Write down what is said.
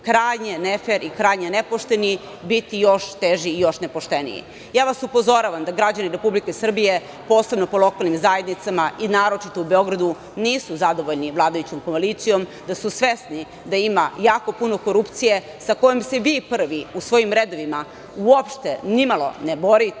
krajnje nefer i krajnje nepošteni, biti još teži i još nepošteniji. Ja vas upozoravam da građani Republike Srbije, posebno po lokalnim zajednicama i naročito u Beogradu, nisu zadovoljni vladajućom koalicijom, da su svesni da ima jako puno korupcije sa kojom se vi prvi u svojim redovima uopšte nimalo ne borite,